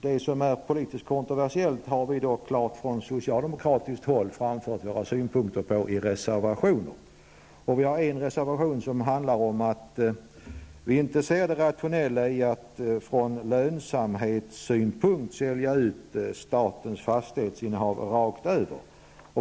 Det som är politiskt kontroversiellt har vi självklart från socialdemokratiskt håll framfört våra synpunkter på i reservationer. Vi har i en reservation talat om att vi inte kan se det rationella i att från lönsamhetssynpunkt sälja ut statens fastighetsinnehav rakt över.